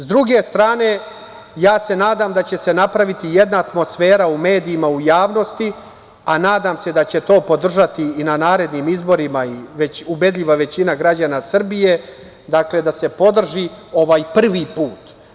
Sa druge strane, nadam se da će se napraviti jedna atmosfera u medijima u javnosti, a nadam se da će to podržati i na narednim izborima već ubedljiva većina građana Srbije, da se podrži ovaj prvi put.